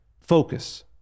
focus